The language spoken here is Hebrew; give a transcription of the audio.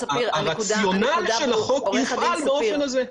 שהרציונל של החוק יופעל באופן הזה.